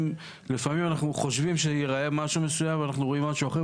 לפעמים אנחנו חושבים שיראה משהו מסוים ואנחנו רואים משהו אחר,